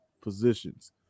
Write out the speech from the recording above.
positions